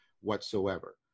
whatsoever